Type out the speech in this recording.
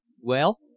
Well